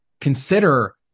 consider